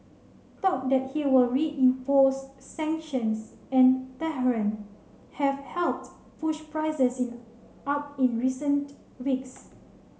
talk that he will reimpose sanctions on Tehran have helped push prices in up in recent weeks